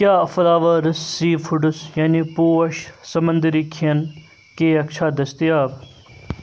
کیٛاہ فٕلاوٲرٕس سی فُڈٕس ہٮ۪نہِ پوش سَمنٛدٔری کھٮ۪ن کیک چھا دٔستیاب